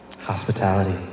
Hospitality